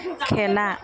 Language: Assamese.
খেলা